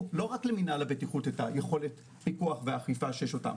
לא רק למנהל הבטיחות את היכולת הכוח והאכיפה שיש אותם.